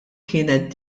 kienet